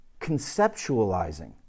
conceptualizing